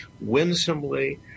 winsomely